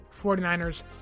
49ers